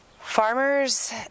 farmers